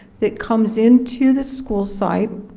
it comes into the school site,